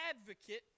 advocate